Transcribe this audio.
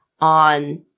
on